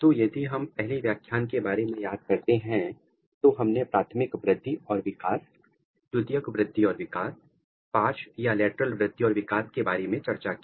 तो यदि हम पहले व्याख्यान के बारे में याद करते हैं तो हमने प्राथमिक वृद्धि और विकास द्वितीयक वृद्धि और विकास पार्ष या लेटरल वृद्धि और विकास के बारे में चर्चा की